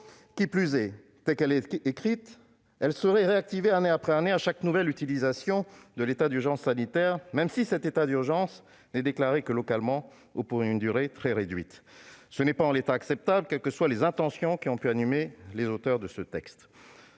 Qui plus est, telle qu'elle est conçue, elle serait réactivée année après année, à chaque nouvelle utilisation de l'état d'urgence sanitaire, même si cet état d'urgence n'est déclaré que localement ou pour une durée très réduite. Ce n'est pas acceptable, quelles que soient les intentions qui ont motivé les auteurs de ce texte.